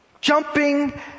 jumping